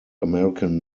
american